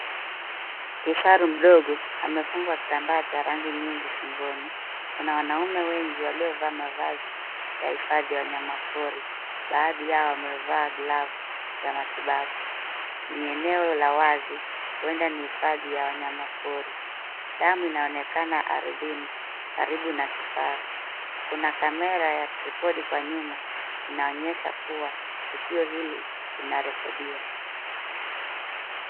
Kifaru mdogo. Amefungwa kitamba cha rangi nyingi shingoni, kuna wanaume wengi walio vaa mavazi ya ifadhi ya wanyama pori baadhi yao wameva glavu za matibabu ni eneo la wazi huenda ni hifadhi ya wanyama pori. Damu inaonekana ardhini karibu na kifaru kuna kamera ya tripodi kwa nyuma inaonyesha kuwa tukio hili linarekodiwa.